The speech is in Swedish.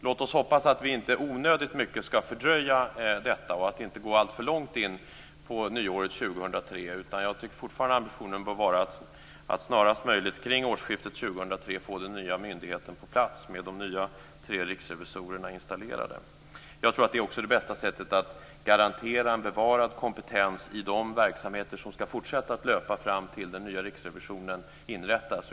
Låt oss hoppas att vi inte ska fördröja detta onödigt mycket och inte gå alltför långt in på nyåret 2003. Jag tycker fortfarande att ambitionen bör vara att snarast möjligt kring årsskiftet 2003 få den nya myndigheten på plats med de tre nya riksrevisorerna installerade. Jag tror också att det är det bästa sättet att garantera en bevarad kompetens i de verksamheter som ska fortsätta att löpa fram tills den nya Riksrevisionen inrättas.